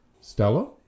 Stella